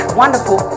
wonderful